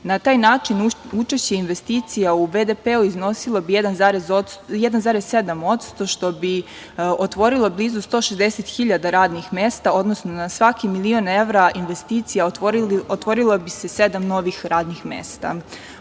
taj način učešće investicija u BDP-u iznosila bi 1,7% što bi otvorilo blizu 160.000 radnih mesta, odnosno na svaki milion evra investicija, otvorilo bi se sedam novih radnih mesta.U